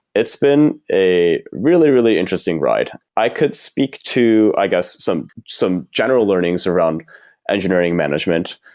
it's been a really, really interesting ride. i could speak to, i guess, some some general learnings around engineering management,